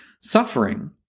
suffering